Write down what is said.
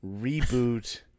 reboot